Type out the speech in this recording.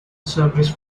service